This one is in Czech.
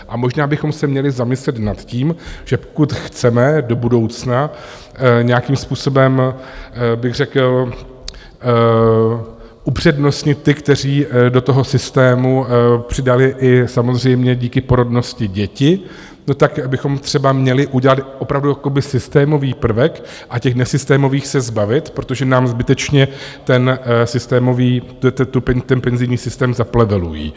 A možná bychom se měli zamyslet nad tím, že pokud chceme do budoucna nějakým způsobem bych řekl upřednostnit ty, kteří do toho systému přidali, i samozřejmě díky porodnosti, děti, no tak bychom třeba měli udělat opravdu jakoby systémový prvek a těch nesystémových se zbavit, protože nám zbytečně ten systémový, ten penzijní systém zaplevelují.